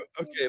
okay